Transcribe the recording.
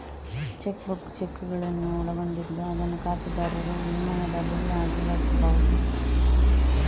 check book ಚೆಕ್ಕುಗಳನ್ನು ಒಳಗೊಂಡಿದ್ದು ಅದನ್ನು ಖಾತೆದಾರರು ವಿನಿಮಯದ ಬಿಲ್ ಆಗಿ ಬಳಸ್ಬಹುದು